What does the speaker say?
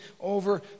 over